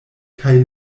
kaj